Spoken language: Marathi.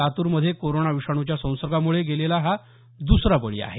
लातूरमध्ये कोरोना विषाणूच्या संसर्गामुळे गेलेला हा दसरा बळी आहे